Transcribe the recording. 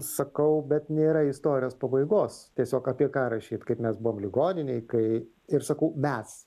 sakau bet nėra istorijos pabaigos tiesiog apie ką rašyt kaip mes buvom ligoninėj kai ir sakau mes